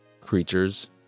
creatures